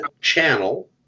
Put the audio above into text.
channel